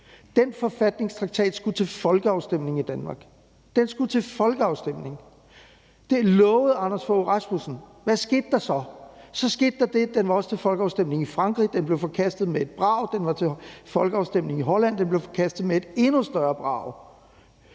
Den forfatningstraktat skulle til folkeafstemning i Danmark. Den skulle til folkeafstemning. Det lovede Anders Fogh Rasmussen. Hvad skete der så? Så skete der det, at den også var til folkeafstemning i Frankrig og blev forkastet med et brag. Den var til folkeafstemning i Holland og blev forkastet med et endnu større brag.